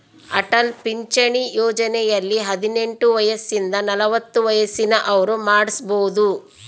ಅಟಲ್ ಪಿಂಚಣಿ ಯೋಜನೆಯಲ್ಲಿ ಹದಿನೆಂಟು ವಯಸಿಂದ ನಲವತ್ತ ವಯಸ್ಸಿನ ಅವ್ರು ಮಾಡ್ಸಬೊದು